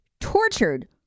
tortured